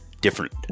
different